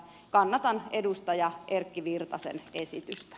kannatan edustaja erkki virtasen esitystä